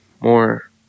more